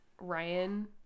Ryan